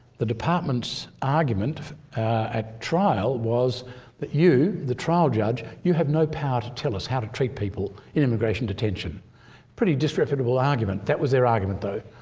department's argument at trial was that you the trial judge you have no power to tell us how to treat people in immigration detention pretty disreputable argument, that was their argument though.